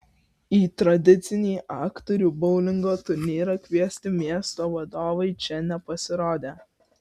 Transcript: į tradicinį aktorių boulingo turnyrą kviesti miesto vadovai čia nepasirodė